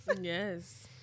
yes